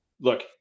Look